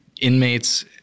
inmates